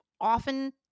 often